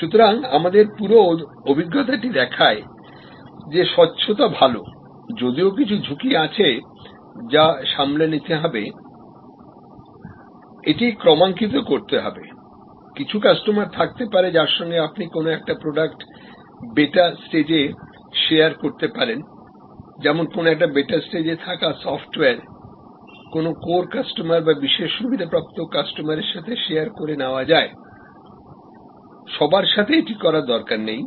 সুতরাং আমাদের পুরো অভিজ্ঞতাটি দেখায় যে স্বচ্ছতা ভাল যদিও কিছু ঝুঁকি আছে যা সামলে নিতে হবে এটি ক্রমাঙ্কিত করতে হবে কিছু কাস্টমার থাকতে পারে যার সঙ্গে আপনি কোন একটা প্রোডাক্ট বেটা স্টেজে শেয়ার করতে পারেনযেমন কোন বেটা স্টেজে থাকা সফটওয়্যার কোন core কাস্টমার বা বিশেষ সুবিধাপ্রাপ্ত কাস্টমারের সাথে শেয়ার করে নেওয়া যায়সবার সাথে এটি করার দরকার নেই